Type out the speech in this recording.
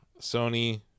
sony